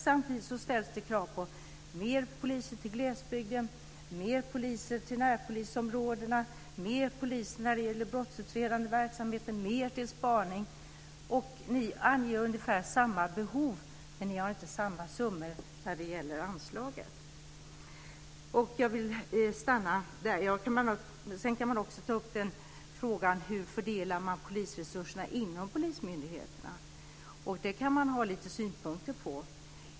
Samtidigt ställs det krav på fler poliser till glesbygden, fler poliser till närpolisområdena, fler poliser när det gäller brottsutredande verksamhet och fler poliser för spaning. Ni anger ungefär samma behov, men ni har inte samma summor i anslaget. Man kan också ta upp frågan om hur resurserna fördelas inom polismyndigheterna. Det kan man ha synpunkter på.